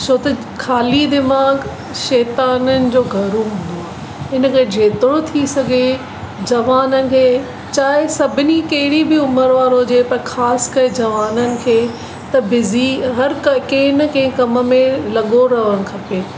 छो त ख़ाली दीमाग़ु शैताननि जो घर हूंदो आहे हिन करे जेतिरो थी सघे जवाननि खे चाहे सभिनी कहिड़ी बि उमिरि वारो हुजे पर ख़ासि करे जवाननि खे त बिज़ी हर कंहिं न कंहिं कम में लॻो रहणु खपे